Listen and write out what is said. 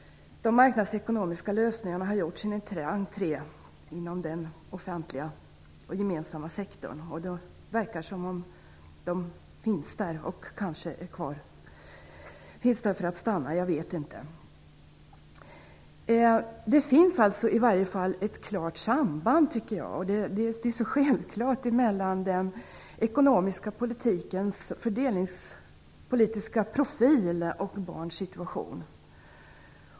De marknadsekonomiska lösningarna har gjort sin entré inom den offentliga och gemensamma sektorn, och det verkar som om de kanske är där för att stanna. Det finns alltså i varje fall ett klart samband mellan den ekonomiska politikens fördelningspolitiska profil och barns situation.